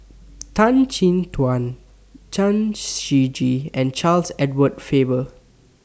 Tan Chin Tuan Chen Shiji and Charles Edward Faber